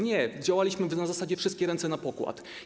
Nie, działaliśmy na zasadzie: wszystkie ręce na pokład.